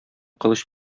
кылыч